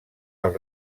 als